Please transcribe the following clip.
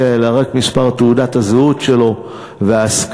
אלא רק מספר תעודת הזהות שלו והשכלה.